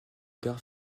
gare